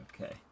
Okay